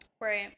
Right